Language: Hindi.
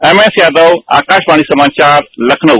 एम एस यादव आकाशवाणी समाचार लखनऊ